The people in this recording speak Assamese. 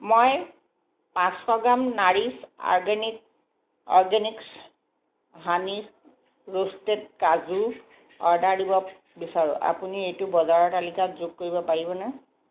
মই পাঁচশ গ্ৰাম Nourish organic organics honey roasted কাজু অৰ্ডাৰ দিব বিচাৰোঁ আপুনি এইটো বজাৰৰ তালিকাত যোগ কৰিব পাৰিবনে